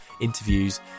interviews